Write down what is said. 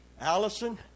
Allison